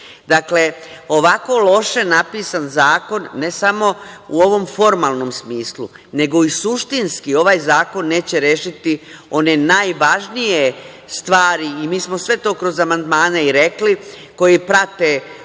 nigde. Dakle, ovako loše napisan zakon ne samo u ovom formalnom smislu, nego i suštinski ovaj zakon neće rešiti one najvažnije stvari i mi smo sve to kroz amandmane i rekli, koji prate ovaj